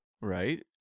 Right